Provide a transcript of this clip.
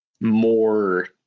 More